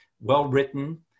well-written